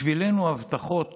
בשבילנו הבטחות